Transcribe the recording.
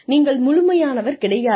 நீங்கள் முழுமையானவர் கிடையாது